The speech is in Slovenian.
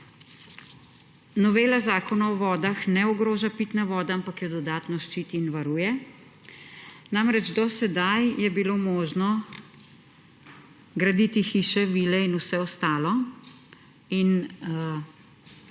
Novela Zakona o vodah ne ogroža pitne vode, ampak jo dodatno ščiti in varuje. Namreč, do sedaj je bilo mogoče graditi hiše, vile in vse ostalo in